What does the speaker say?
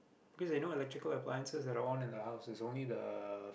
cause they no electrical appliances at all one in the house it's only the